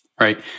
right